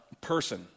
person